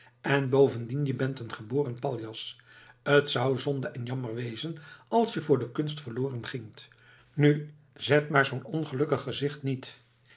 en bovendien je bent een geboren paljas t zou zonde en jammer wezen als je voor de kunst verloren gingt nu zet maar zoo'n ongelukkig gezicht niet